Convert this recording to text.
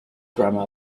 grammar